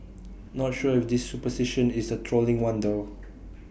not sure if this superstition is A trolling one though